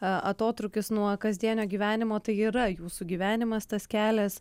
atotrūkis nuo kasdienio gyvenimo tai yra jūsų gyvenimas tas kelias